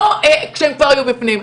לא כשהן כבר היו בפנים.